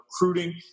recruiting